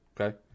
Okay